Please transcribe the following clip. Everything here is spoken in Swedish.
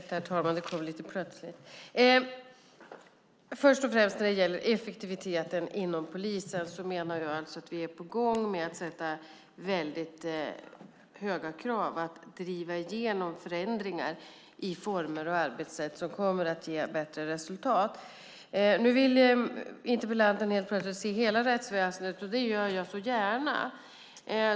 Herr talman! Först och främst när det gäller effektiviteten inom polisen menar jag att det är väldigt höga krav på gång för att driva igenom förändringar i former och arbetssätt som kommer att ge bättre resultat. Nu ville interpellanten helt plötsligt att vi ska se över hela rättsväsendet, och det gör jag så gärna.